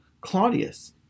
Claudius